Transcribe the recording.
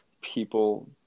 people